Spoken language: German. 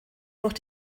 durch